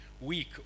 week